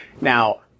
Now